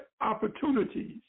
opportunities